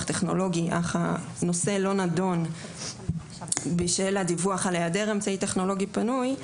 טכנולוגי אך הנושא לא נדון בשל הדיווח על היעדר אמצעי טכנולוגי פנוי,